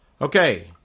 Okay